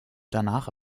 danach